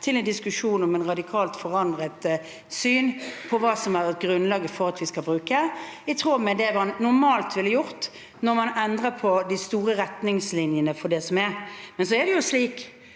til en diskusjon om et radikalt forandret syn på hva som har vært grunnlaget for det vi skal bruke, i tråd med det man normalt ville gjort når man endrer på de store retningslinjene og det som er. Men veldig